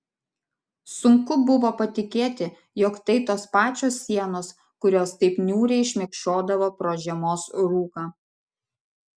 sunku buvo patikėti jog tai tos pačios sienos kurios taip niūriai šmėkšodavo pro žiemos rūką